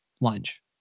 lunch